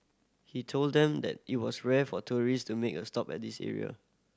he told them that it was rare for tourist to make a stop at this area